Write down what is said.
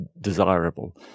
desirable